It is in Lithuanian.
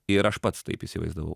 ir aš pats taip įsivaizdavau